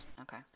Okay